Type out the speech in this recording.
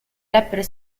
rapper